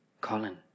Colin